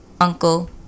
uncle